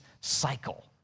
cycle